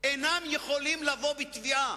אינם יכולים לבוא בתביעה,